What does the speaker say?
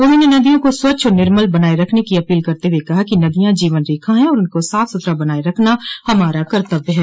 उन्होंने नदियों को स्वच्छ और निर्मल बनाये रखने की अपील करते हुए कहा कि नदियां जीवन रेखा है और इनको साफ सुथरा बनाये रखना हमारा कर्तव्य है